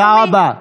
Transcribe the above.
תודה רבה.